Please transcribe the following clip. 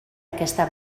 aquesta